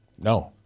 no